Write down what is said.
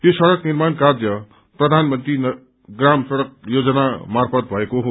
यो सड़क निर्माण कार्य प्रबानमन्त्री प्राम सड़क योजना मार्फत थएको हो